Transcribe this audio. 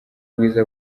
bwiza